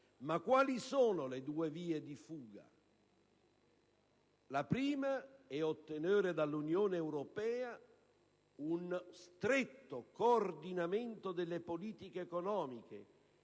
Quali sono le due vie di fuga? La prima è ottenere dall'Unione europea uno stretto coordinamento delle politiche economiche